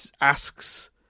asks